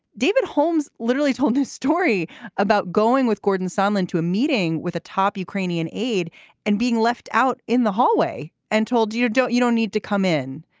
david holmes literally told the story about going with gordon sandlin to a meeting with a top ukrainian aide and being left out in the hallway and told you you don't you don't need to come in.